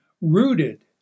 rooted